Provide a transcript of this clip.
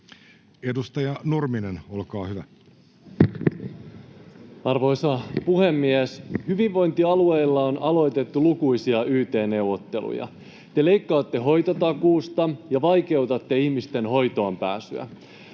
Edustaja Nurminen, olkaa hyvä. Arvoisa puhemies! Hyvinvointialueilla on aloitettu lukuisia yt-neuvotteluja. Te leikkaatte hoitotakuusta ja vaikeutatte ihmisten hoitoonpääsyä.